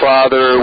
Father